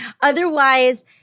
Otherwise